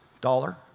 dollar